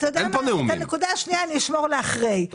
אז את הנקודה השנייה אני אשמור לאחר כך.